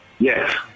Yes